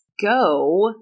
go